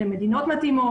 למדינות מתאימות,